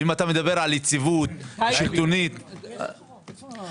ואם אתה מדבר על יציבות שלטונית- -- היושב-ראש,